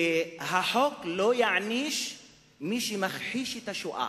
שהחוק לא יעניש את מי שמכחיש את השואה.